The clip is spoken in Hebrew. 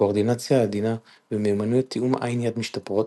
הקואורדינציה העדינה ומיומנות תיאום עין-יד משתפרות,